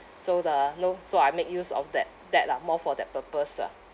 so the no so I make use of that that ah more for that purpose ah